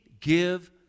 give